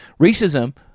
Racism